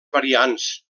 variants